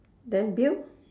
then bill